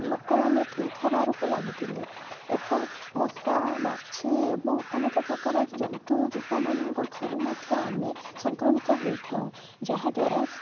ଲୋକମାନେ ଠିକ୍ ହେବାରକୁ ଲାଗିଥିଲେ ଏବଂ ମଶା ମାଛି ଏବଂ ଅନେକ ପ୍ରକାର ଜନ୍ତୁଜୀବମାନଙ୍କ ଠାରୁ ମଧ୍ୟ ଆମେ ସଂକ୍ରମିତ ହେଇଥାଉ ଯାହାଦ୍ୱାରା